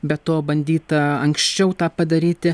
be to bandyta anksčiau tą padaryti